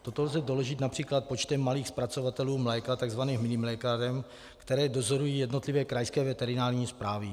Toto lze doložit například počtem malých zpracovatelů mléka, takzvaných minimlékáren, které dozorují jednotlivé krajské veterinární správy.